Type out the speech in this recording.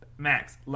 Max